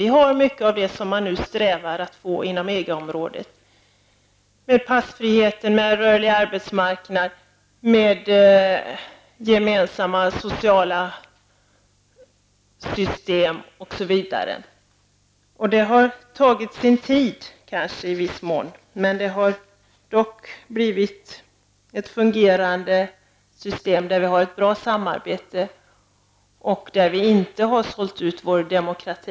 Vi har mycket av det som man inom EG-området strävar efter att uppnå: passfrihet, en rörlig arbetsmarknad, gemensamma sociala system osv. Detta arbete har kanske i viss mån tagit tid. Men det har dock resulterat i ett fungerande system med ett bra samarbete. Vi har inte sålt ut vår demokrati.